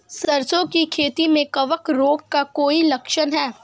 सरसों की खेती में कवक रोग का कोई लक्षण है?